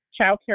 childcare